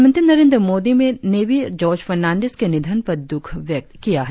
प्रधानमंत्री नरेंद्र मोदी ने भी जार्ज फर्नांडिस के निधन पर दुख व्यक्त किया है